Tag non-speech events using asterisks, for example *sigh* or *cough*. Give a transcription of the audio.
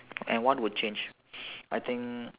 and what would change *breath* I think